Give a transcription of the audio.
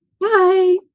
Bye